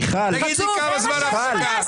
שעות?